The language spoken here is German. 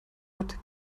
hat